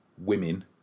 women